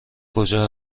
کجا